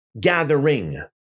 Gathering